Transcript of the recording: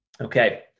Okay